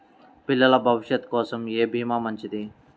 పిల్లల భవిష్యత్ కోసం ఏ భీమా మంచిది?